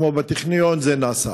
למשל בטכניון, זה נעשה.